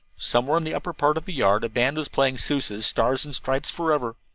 somewhere in the upper part of the yard a band was playing sousa's stars and stripes forever.